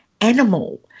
animal